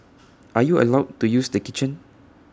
are you allowed to use the kitchen